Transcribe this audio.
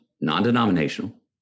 non-denominational